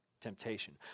temptation